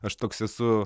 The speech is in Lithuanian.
aš toks esu